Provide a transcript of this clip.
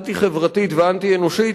אנטי-חברתית ואנטי-אנושית,